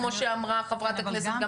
כמו שאמרה חברת הכנסת גמליאל.